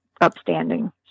upstanding